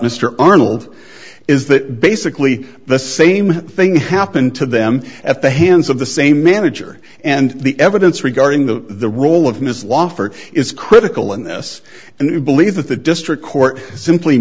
mr arnold is that basically the same thing happened to them at the hands of the same manager and the evidence regarding the the role of ms laufer is critical in this and you believe that the district court simply